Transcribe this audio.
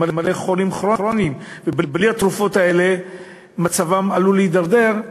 הם הרי חולים כרוניים ובלי התרופות האלה מצבם עלול להידרדר,